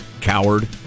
coward